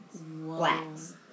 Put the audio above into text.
blacks